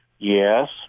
Yes